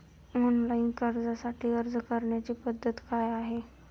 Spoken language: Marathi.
ऑनलाइन कर्जासाठी अर्ज करण्याची पद्धत काय आहे?